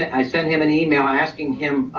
i sent him an email asking him